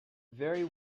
very